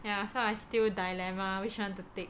ya so I still dilemma which one to take